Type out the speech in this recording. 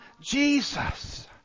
Jesus